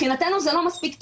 מבחינתנו זה לא מספיק טוב.